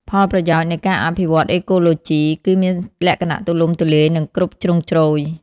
ផលប្រយោជន៍នៃការអភិវឌ្ឍ Eco-Lodge គឺមានលក្ខណៈទូលំទូលាយនិងគ្រប់ជ្រុងជ្រោយ។